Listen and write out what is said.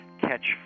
catch